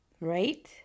right